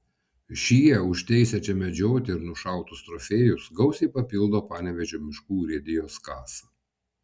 šie už teisę čia medžioti ir nušautus trofėjus gausiai papildo panevėžio miškų urėdijos kasą